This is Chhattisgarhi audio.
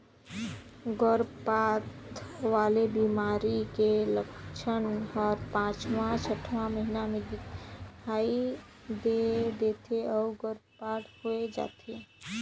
गरभपात वाला बेमारी के लक्छन हर पांचवां छठवां महीना में दिखई दे थे अउ गर्भपात होय जाथे